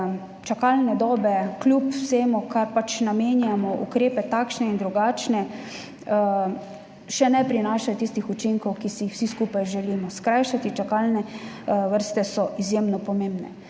Čakalne dobe kljub vsemu, kar pač namenjamo, ukrepe takšne in drugačne, še ne prinašajo tistih učinkov, ki si jih vsi skupaj želimo – skrajšati. Čakalne vrste so izjemno pomembne.